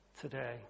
today